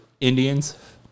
indians